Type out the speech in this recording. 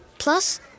Plus